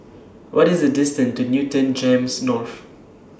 What IS The distance to Newton Gems North